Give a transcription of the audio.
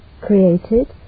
created